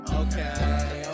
okay